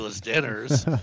dinners